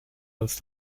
als